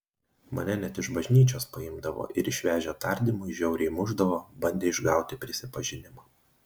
mane net iš bažnyčios paimdavo ir išvežę tardymui žiauriai mušdavo bandė išgauti prisipažinimą